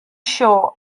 shore